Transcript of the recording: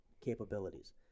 capabilities